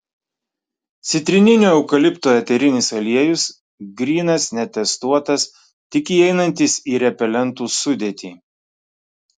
citrininio eukalipto eterinis aliejus grynas netestuotas tik įeinantis į repelentų sudėtį